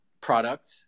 product